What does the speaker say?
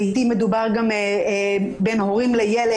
לעיתים מדובר בין הורים ליליד,